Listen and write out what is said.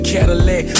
Cadillac